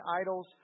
idols